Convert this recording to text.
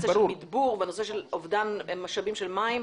של מדבור בנושא של אובדן משאבים של מים.